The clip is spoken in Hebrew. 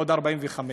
עוד 45 שנים.